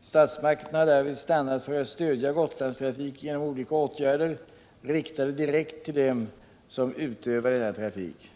Statsmakterna har därvid stannat för att stödja Gotlandstrafiken genom olika åtgärder riktade direkt till dem som utövar denna trafik.